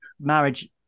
marriage